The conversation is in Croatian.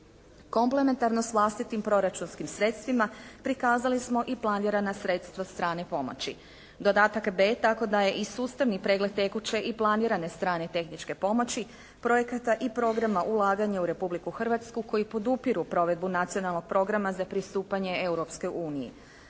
Komplementarnost s vlastitim proračunskim sredstvima prikazali smo i planirana sredstva strane pomoći. Dodatak B tako daje i sustavni pregled tekuće i planirane strane tehničke pomoći, projekata i programa ulaganja u Republiku Hrvatsku koji podupiru provedbu Nacionalnog programa za pristupanje Europskoj uniji.